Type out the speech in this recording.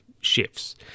shifts